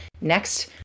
next